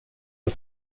var